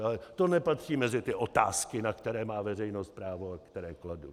Ale to nepatří mezi ty otázky, na které má veřejnost právo a které kladu.